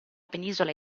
penisola